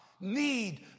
need